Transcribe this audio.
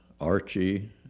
Archie